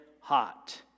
hot